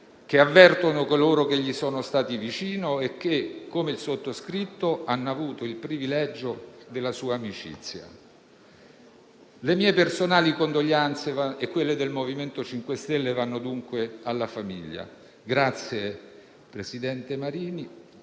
che avvertono coloro che gli sono stati vicino e che, come il sottoscritto, hanno avuto il privilegio della sua amicizia. Le mie personali condoglianze e quelle del MoVimento 5 Stelle vanno dunque alla famiglia. Grazie, presidente Marini.